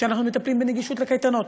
כשאנחנו מטפלים בנגישות של קייטנות,